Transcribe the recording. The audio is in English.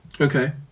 Okay